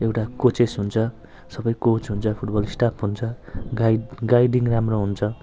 एउटा कोचेस हुन्छ सबै कोच हुन्छ फुटबल स्टाफ हुन्छ गाइड गाइडिङ राम्रो हुन्छ